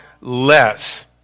less